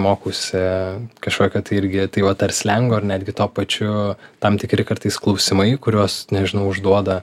mokausi kažkokio tai irgi tai vat ar slengo ar netgi tuo pačiu tam tikri kartais klausimai kuriuos nežinau užduoda